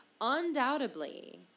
undoubtedly